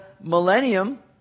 millennium